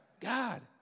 God